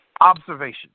Observation